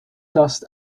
dust